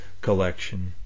collection